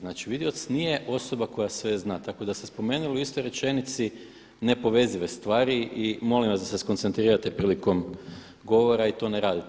Znači vidioc nije osoba koja sve zna tako da ste spomenuli u istoj rečenici nepovezive stvari i molim vas da se skoncentrirate prilikom govora i to ne radite.